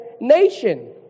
nation